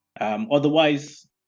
Otherwise